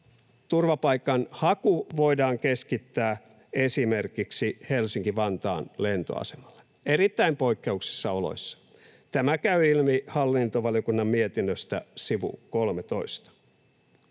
turvapaikanhaku voidaan keskittää esimerkiksi Helsinki-Vantaan lentoasemalle, erittäin poikkeuksellisissa oloissa. Tämä käy ilmi hallintovaliokunnan mietinnöstä, sivulta 13.